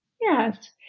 Yes